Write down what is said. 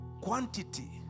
quantity